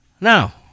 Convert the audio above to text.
Now